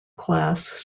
class